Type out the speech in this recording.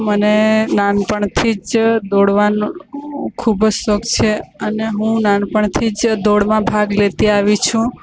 મને નાનપણથી જ દોડવાનો ખૃૂબ જ શોખ છે અને હું નાનપણથી જ દોડમાં ભાગ લેતી આવી છું